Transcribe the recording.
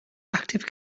active